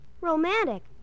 Romantic